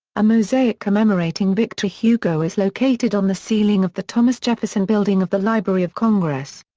a mosaic commemorating victor hugo is located on the ceiling of the thomas jefferson building of the library of congress.